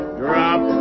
drop